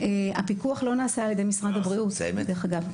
הפיקוח לא נעשה על ידי משרד הבריאות, דרך אגב.